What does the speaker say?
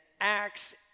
Acts